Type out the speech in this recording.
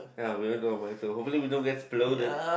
ya hopefully we don't exploded